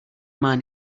man